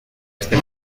este